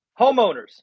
Homeowners